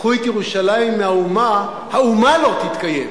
קחו את ירושלים מהאומה, האומה לא תתקיים.